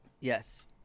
yes